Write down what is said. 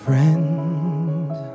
Friend